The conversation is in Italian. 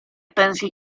pensi